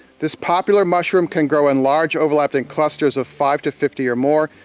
this popular mushroom can grow in large, overlapping clusters of five to fifty or more,